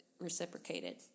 reciprocated